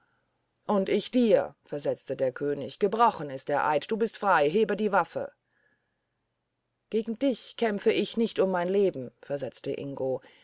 und ich dir versetzte der könig gebrochen ist der eid du bist frei hebe die waffe gegen dich kämpfe ich nicht um mein leben versetzte ingo